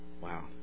Wow